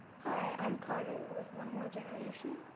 hi, i'm carter with one more generation.